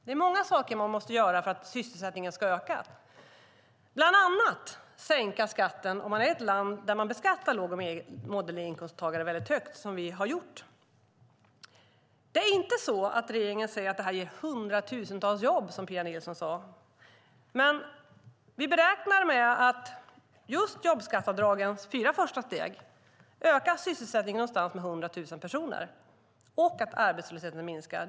Det är många saker man måste göra för att sysselsättningen ska öka. Man måste bland annat sänka skatten om man är ett land där man beskattar låg och medelinkomsttagare väldigt högt, som vi har gjort. Det är inte så att regeringen säger att det här ger hundratusentals jobb, som Pia Nilsson sade. Men vi beräknar att just jobbskatteavdragens fyra första steg ökar sysselsättningen med någonstans runt 100 000 personer och att arbetslösheten minskar.